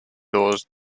doors